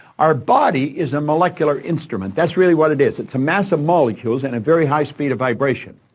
our body is a molecular instrument that's really what it is, it's a mass of molecules in a very high speed of vibration.